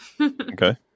Okay